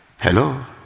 Hello